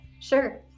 Sure